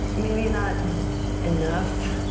maybe not enough,